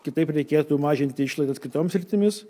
kitaip reikėtų mažinti išlaidas kitoms sritimis